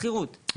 בשכירות?